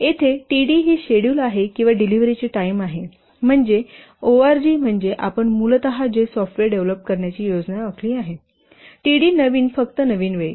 येथे td ही schedule आहे किंवा डिलिव्हरी ची टाइम आहे म्हणजे org म्हणजे आपण मूलतः जे सॉफ्टवेअर डेव्हलप करण्याची योजना आखली आहे td नवीन फक्त नवीन वेळी